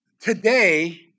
today